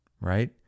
right